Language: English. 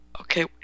okay